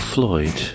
Floyd